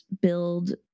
build